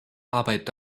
arbeit